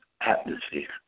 atmosphere